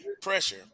pressure